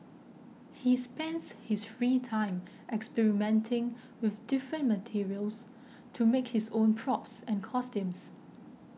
he spends his free time experimenting with different materials to make his own props and costumes